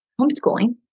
homeschooling